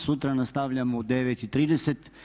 Sutra nastavljamo u 9,30.